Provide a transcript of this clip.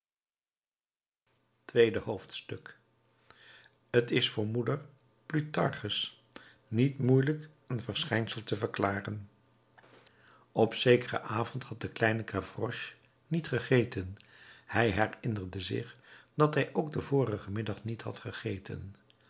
tweede hoofdstuk t is voor moeder plutarchus niet moeielijk een verschijnsel te verklaren op zekeren avond had de kleine gavroche niet gegeten hij herinnerde zich dat hij ook den vorigen middag niet had gegeten